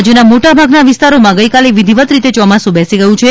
રાજ્યના મોટાભાગના વિસ્તારોમાં ગઈકાલે વિધિવત રીતે ચોમાસું બેસી ગયું છે